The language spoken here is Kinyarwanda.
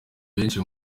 benshi